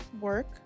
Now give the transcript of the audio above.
work